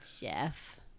Jeff